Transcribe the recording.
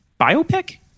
biopic